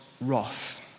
wrath